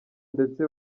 ndetse